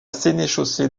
sénéchaussée